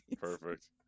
Perfect